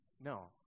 No